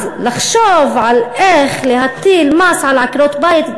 אז לחשוב על איך להטיל מס על עקרות-בית,